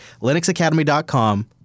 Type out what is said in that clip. linuxacademy.com